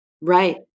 Right